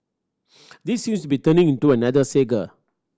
this seems be turning into another saga